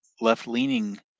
left-leaning